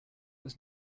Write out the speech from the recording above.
was